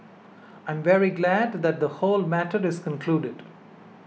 I am very glad that the whole matter is concluded